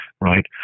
right